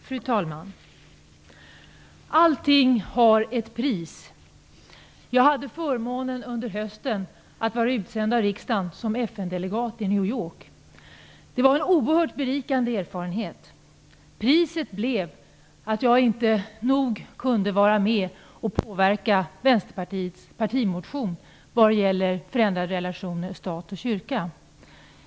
Fru talman! Allting har ett pris. Jag hade förmånen att under hösten vara utsänd av riksdagen som FN delegat i New York. Det var en oerhört berikande erfarenhet. Priset blev att jag inte tillräckligt kunde vara med och påverka Vänsterpartiets partimotion vad gäller ändrade relationer mellan stat och kyrka.